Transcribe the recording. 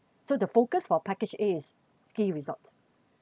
so the focus for package a is ski resort